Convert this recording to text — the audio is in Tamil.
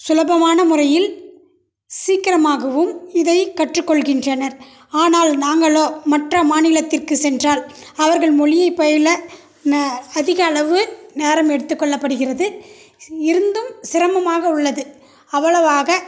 சுலபமான முறையில் சீக்கிரமாகவும் இதைக் கற்றுக் கொள்கின்றனர் ஆனால் நாங்களோ மற்ற மாநிலத்திற்குச் சென்றால் அவர்கள் மொழியைப் பயில அதிக அளவு நேரம் எடுத்துக்கொள்ளப்படுகிறது இருந்தும் சிரமமாக உள்ளது அவ்வளோவாக